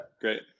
Great